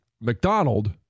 McDonald